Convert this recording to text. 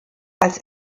als